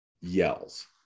yells